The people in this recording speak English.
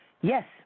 Yes